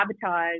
sabotage